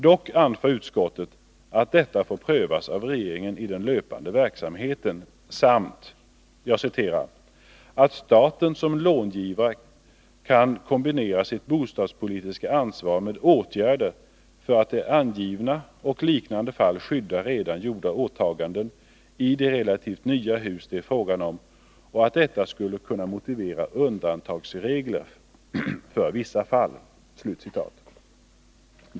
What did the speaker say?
Dock anför utskottet att detta får prövas av regeringen i den löpande verksamheten samt ”att staten som långivare kan kombinera sitt bostadspolitiska ansvar med åtgärder för att i angivna och liknande fall skydda redan gjorda åtaganden i de relativt nya hus det är fråga om och att detta skulle kunna motivera undantagsregler för vissa fall”.